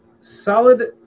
solid